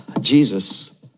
Jesus